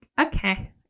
okay